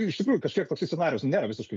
iš tikrųjų kažkiek toksai scenarijus nėra visiškai